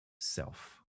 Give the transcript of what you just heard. self